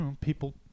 People